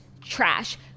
trash